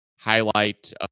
highlight